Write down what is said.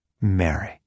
Mary